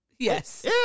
Yes